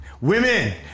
Women